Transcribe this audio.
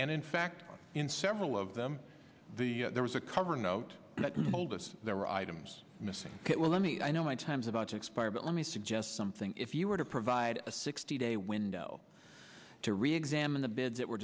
and in fact in several of them the there was a cover note oldest there were items missing that will let me i know my time's about to expire but let me suggest something if you were to provide had a sixty day window to re examine the bid that were